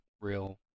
real